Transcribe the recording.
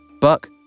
Buck